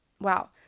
wow